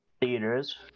theaters